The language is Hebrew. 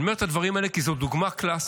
אני אומר את הדברים האלה, כי זו דוגמה קלאסית